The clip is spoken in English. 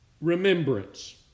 Remembrance